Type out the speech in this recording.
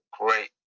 great